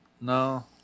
No